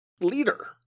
leader